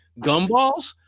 gumballs